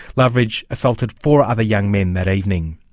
loveridge assaulted four other young men that evening.